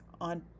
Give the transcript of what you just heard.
on